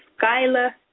Skyla